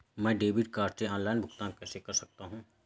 मैं debit card से online भुगतान कैसे कर सकता हूँ?